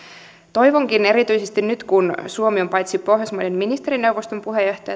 toivonkin erityisesti nyt kun suomi on tänä vuonna pohjoismaiden ministerineuvoston puheenjohtaja